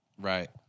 Right